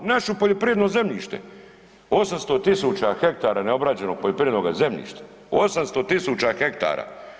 Naše poljoprivredno zemljište, 800 000 hektara neobrađenog poljoprivrednoga zemljišta, 800 000 hektara.